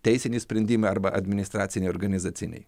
teisiniai sprendimai arba administraciniai organizaciniai